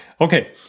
Okay